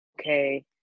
okay